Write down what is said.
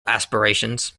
aspirations